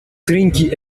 trinki